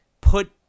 put